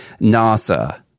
NASA